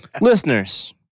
Listeners